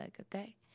okay